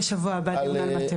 יש בשבוע הבא במתמטיקה,